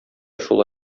шулай